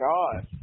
God